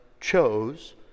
chose